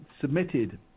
submitted